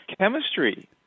chemistry